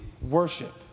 worship